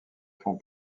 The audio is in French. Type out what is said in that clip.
font